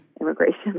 immigration